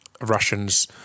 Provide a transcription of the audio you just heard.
Russians